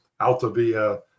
Altavia